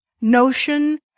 Notion